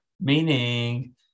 Meaning